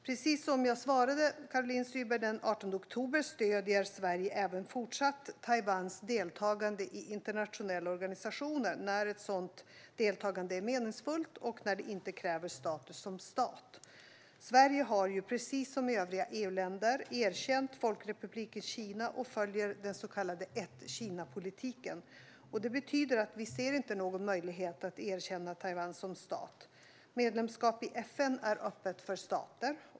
Precis som jag svarade Caroline Szyber den 18 oktober stöder Sverige även fortsatt Taiwans deltagande i internationella organisationer när ett sådant deltagande är meningsfullt och inte kräver status som stat. Sverige har, precis som övriga EU-länder, erkänt Folkrepubliken Kina och följer den så kallade ett-Kina-politiken. Det betyder att vi inte ser någon möjlighet att erkänna Taiwan som stat. Medlemskap i FN är öppet för stater.